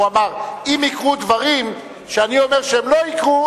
הוא אמר: אם יקרו דברים שאני אומר שלא יקרו,